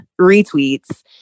retweets